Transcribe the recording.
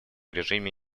режиме